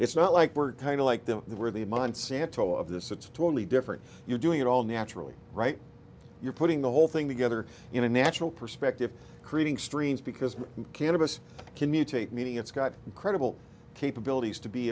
it's not like we're kind of like them they were the monsanto of this it's totally different you're doing it all naturally right you're putting the whole thing together in a natural perspective creating streams because cannabis can mutate meaning it's got incredible capabilities to be